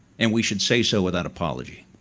and we should say so without apology.